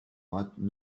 but